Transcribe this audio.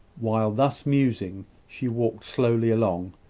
while thus musing, she walked slowly along,